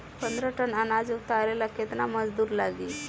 पन्द्रह टन अनाज उतारे ला केतना मजदूर लागी?